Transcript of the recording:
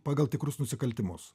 pagal tikrus nusikaltimus